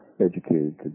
educated